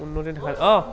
উন্নতি অঁ